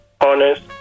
honest